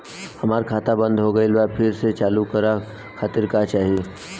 हमार खाता बंद हो गइल बा फिर से चालू करा खातिर का चाही?